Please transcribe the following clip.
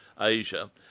Asia